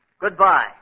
Goodbye